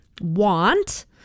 want